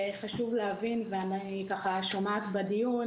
שחשוב להבין ואני שומעת בדיון,